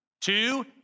Two